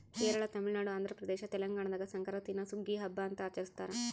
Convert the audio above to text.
ಕೇರಳ ತಮಿಳುನಾಡು ಆಂಧ್ರಪ್ರದೇಶ ತೆಲಂಗಾಣದಾಗ ಸಂಕ್ರಾಂತೀನ ಸುಗ್ಗಿಯ ಹಬ್ಬ ಅಂತ ಆಚರಿಸ್ತಾರ